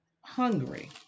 hungry